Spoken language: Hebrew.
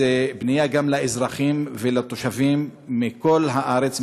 זו פנייה גם לאזרחים ולתושבים מכל הארץ,